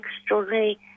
extraordinary